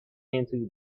into